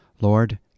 Lord